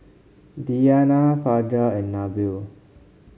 Diyana Fajar and Nabil